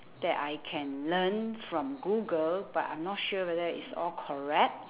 that I can learn from google but I'm not sure whether it's all correct